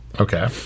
Okay